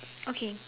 okay